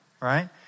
right